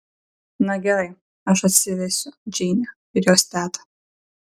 na gerai aš atsivesiu džeinę ir jos tetą